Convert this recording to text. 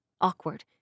awkward